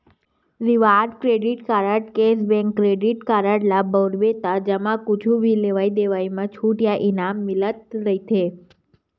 reward credit card, cashback credit card ल बउरबे त एमा कुछु भी लेवइ देवइ म छूट या इनाम मिलत रहिथे